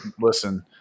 listen